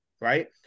right